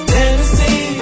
Tennessee